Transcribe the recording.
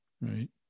Right